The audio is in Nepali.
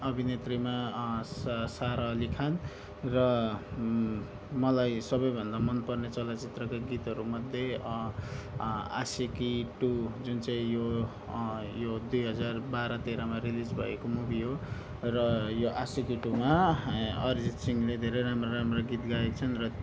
अभिनेत्रीमा सारा अली खान र मलाई सबैभन्दा मनपर्ने चलचित्रको गीतहरूमध्ये आशिकी टू जुन चाहिँ यो यो दुई हजार बाह्र तेह्रमा रिलिज भएको मुभी हो र यो आशिकी टूमा अरिजित सिंहले धेरै राम्रा राम्रा गीत गाएका छन् र